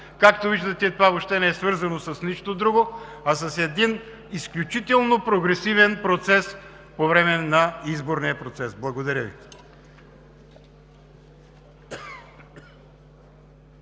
Както виждате, това не е свързано с нищо друго, а с един изключително прогресивен процес по време на изборния процес. Благодаря Ви.